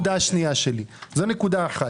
שנייה, זו נקודה אחת.